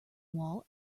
wall